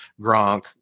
Gronk